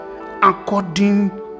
according